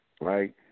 right